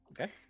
Okay